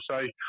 say